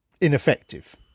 ineffective